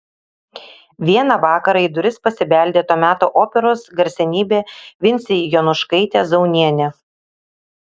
vieną vakarą į duris pasibeldė to meto operos garsenybė vincė jonuškaitė zaunienė